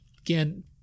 again